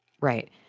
Right